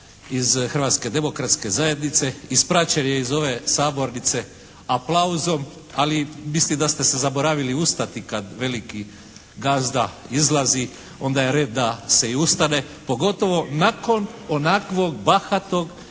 iz Hrvatske demokratske zajednice. Ispraćen je iz ove sabornice aplauzom, ali mislim da ste se zaboravili ustali kad veliki gazda izlazi onda je red da se i ustane pogotovo nakon onakvog bahatog